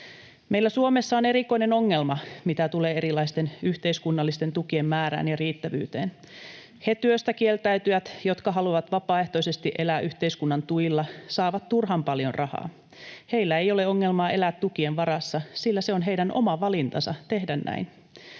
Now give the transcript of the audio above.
Meillä Suomessa on erikoinen ongelma, mitä tulee erilaisten yhteiskunnallisten tukien määrään ja riittävyyteen. Ne työstä kieltäytyjät, jotka haluavat vapaaehtoisesti elää yhteiskunnan tuilla, saavat turhan paljon rahaa. Heillä ei ole ongelmaa elää tukien varassa, sillä se on heidän oma valintansa tehdä näin.